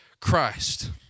Christ